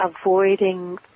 avoiding